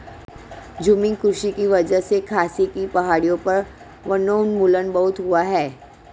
झूमिंग कृषि की वजह से खासी की पहाड़ियों पर वनोन्मूलन बहुत हुआ है